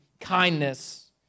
kindness